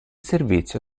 servizio